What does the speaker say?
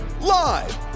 live